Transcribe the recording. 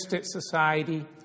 Society